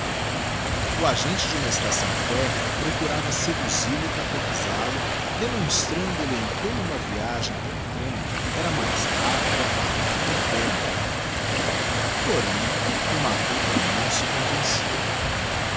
o agente de uma estação férrea procurava seduzil o e catechisal o demonstrando lhe em como uma viagem pelo trem era mais rápida barata e commoda porém o matuto não se convencia